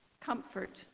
Comfort